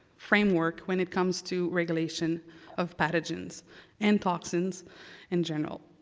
framework when it comes to regulations of pathogens and toxins in general.